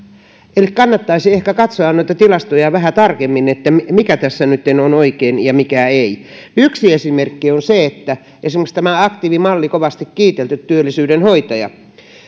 eli kannattaisi ehkä katsoa noita tilastoja vähän tarkemmin mikä tässä nytten on oikein ja mikä ei yksi esimerkki on tämä aktiivimalli kovasti kiitelty työllisyyden hoitaja